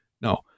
No